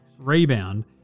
rebound